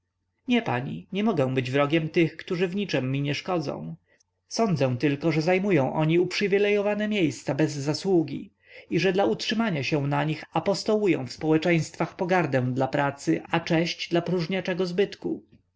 nie pani nie mogę być wrogiem tych którzy w niczem mi nie szkodzą sądzę tylko że zajmują oni uprzywilejowane miejsca bez zasługi i że dla utrzymania się na nich apostołują w społeczeństwach pogardę dla pracy a cześć dla próżniaczego zbytku